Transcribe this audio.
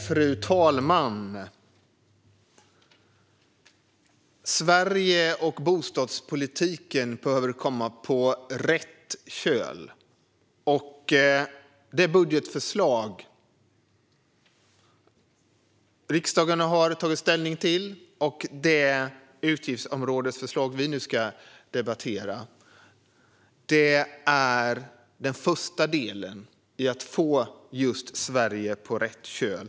Fru talman! Sverige och bostadspolitiken behöver komma på rätt köl. Det budgetförslag som riksdagen har tagit ställning till och det utgiftsområdesförslag som vi nu ska debattera är den första delen i att just få Sverige på rätt köl.